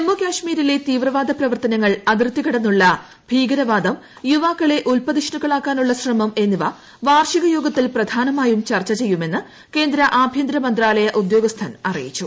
ജമ്മുകാശ്മീരിലെ തീവ്രവാദ പ്രവർത്തനങ്ങൾ അതിർത്തി കടന്നുള്ള ഭീകരവാദം യുവാക്കളെ ഉൽപ്പതിഷ്ണുക്കൾ ആക്കാനുള്ള ശ്രമം എന്നിവ വാർഷിക യോഗത്തിൽ പ്രധാനമായും ചർച്ചു ചെയ്യുമെന്ന് കേന്ദ്ര ആഭ്യന്തര മന്ത്രാലയ ഉദ്യോഗസ്ഥൻ അറിയിച്ചു